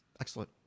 Excellent